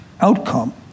outcome